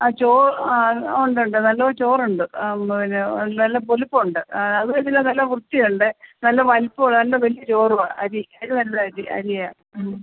ആ ആ ഉണ്ട് ഉണ്ട് നല്ല ചോറുണ്ട് ആ പിന്നെ നല്ല പൊലിപ്പുണ്ട് ആ അത് തന്നെ അല്ല വൃത്തിയുണ്ട് നല്ല വലിപ്പമുള്ള നല്ല വലിയ ചോറുവാണ് അരി അരി നല്ല അരി അരിയാണ്